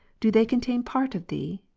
do they contain part of thee?